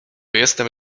jestem